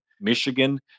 Michigan